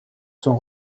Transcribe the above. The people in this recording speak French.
sont